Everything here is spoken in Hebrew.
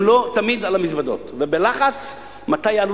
הם תמיד על המזוודות ובלחץ מתי יעלו